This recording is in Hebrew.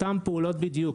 אותן פעולות בדיוק,